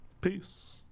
Peace